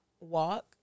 walk